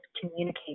communicate